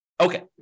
Okay